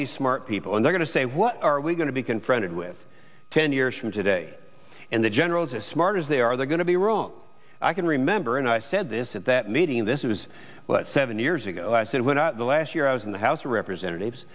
these smart people and we're going to say what are we going to be confronted with ten years from today and the generals as smart as they are they're going to be wrong i can remember and i said this at that meeting this was what seven years ago i said when the last year i was in the house of representatives